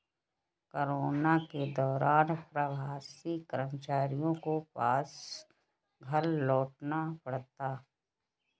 corona के दौरान प्रवासी कर्मचारियों को वापस घर लौटना पड़ा